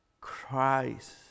Christ